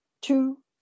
two